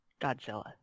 Godzilla